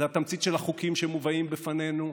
זו התמצית של החוקים שמובאים בפנינו.